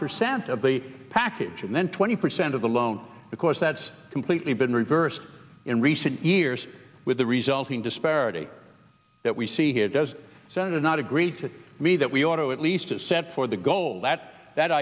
percent of the package and then twenty percent of the loan because that's completely been reversed in recent years with the resulting disparity that we see here does so not agree to me that we ought to at least a set for the goal that that